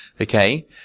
Okay